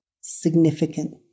significant